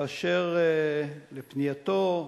לפנייתו,